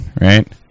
Right